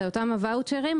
אלה אותם ואוצ'רים,